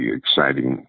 exciting